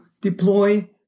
deploy